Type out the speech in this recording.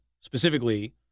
specifically